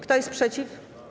Kto jest przeciw?